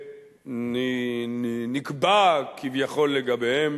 שנקבע כביכול לגביהם